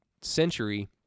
century